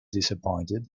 disappointed